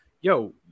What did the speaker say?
yo